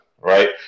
right